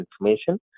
information